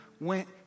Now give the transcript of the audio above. went